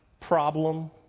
problem